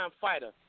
fighter